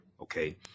Okay